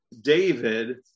David